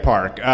Park